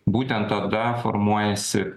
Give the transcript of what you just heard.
būtent tada formuojasi